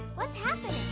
what's happening?